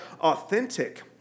authentic